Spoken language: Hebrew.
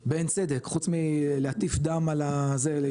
באין צדק, חוץ מלהטיף דם ולהישבע,